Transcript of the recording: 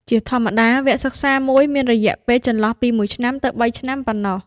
ជាធម្មតា វគ្គសិក្សាមួយមានរយៈពេលចន្លោះពីមួយទៅបីឆ្នាំប៉ុណ្ណោះ។